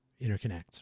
interconnects